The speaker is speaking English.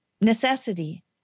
necessity